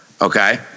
okay